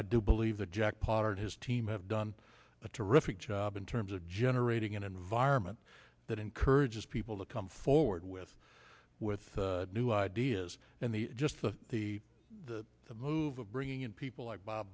i do believe that jack potter and his team have done a terrific job in terms of generating an environment that encourages people to come forward with with new ideas and the just the the the move of bringing in people like bob